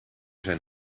zijn